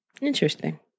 Interesting